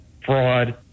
fraud